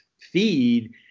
feed